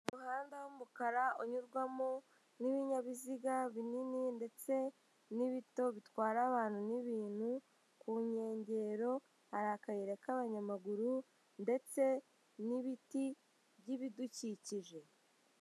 Umuhanda w'umukara unyurwamo n'ibinyabiziga binini ndetse n'ibito bitwara abantu n'ibintu, ku nkengero hari akayira k'abanyamaguru ndetse n'ibiti by'ibidukikije.